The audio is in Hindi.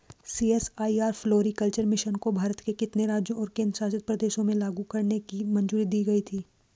सी.एस.आई.आर फ्लोरीकल्चर मिशन को भारत के कितने राज्यों और केंद्र शासित प्रदेशों में लागू करने की मंजूरी दी गई थी?